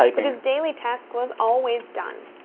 but his daily task was always done.